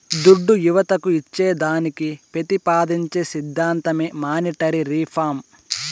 దుడ్డు యువతకు ఇచ్చేదానికి పెతిపాదించే సిద్ధాంతమే మానీటరీ రిఫార్మ్